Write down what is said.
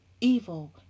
evil